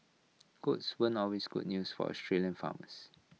goats weren't always good news for Australian farmers